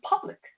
public